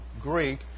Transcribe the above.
Greek